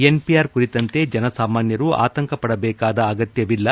NPR ಕುರಿತಂತೆ ಜನಸಾಮಾನ್ಯರು ಆತಂಕ ಪಡಬೇಕಾದ ಅಗತ್ಯವಿಲ್ಲ